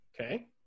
okay